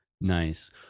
Nice